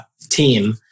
team